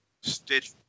Stitch